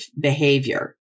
behavior